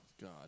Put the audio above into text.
God